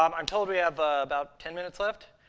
um i'm told we have about ten minutes left.